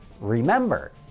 remember